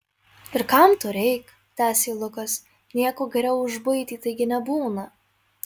ir kam to reik tęsė lukas nieko geriau už buitį taigi nebūna